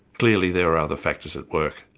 clearly there were other factors at work,